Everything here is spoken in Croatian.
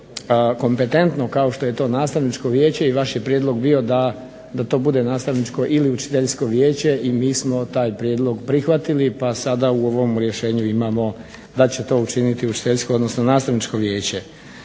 tako kompetentno kao što je to nastavničko vijeće i vaš je prijedlog bio da to bude nastavničko ili učiteljsko vijeće i mi smo taj prijedlog prihvatili pa sada u ovom rješenju imamo da će to učiniti učiteljsko odnosno nastavničko vijeće.